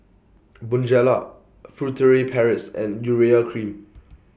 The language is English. Bonjela Furtere Paris and Urea Cream